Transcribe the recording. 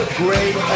great